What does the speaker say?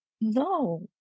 no